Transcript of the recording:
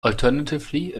alternatively